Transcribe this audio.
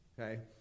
Okay